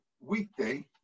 weekday